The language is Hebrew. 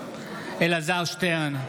אלעזר שטרן,